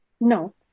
no